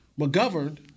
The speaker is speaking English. McGovern